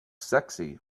sexy